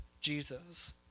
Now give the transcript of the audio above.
Jesus